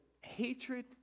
hatred